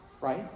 Right